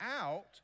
out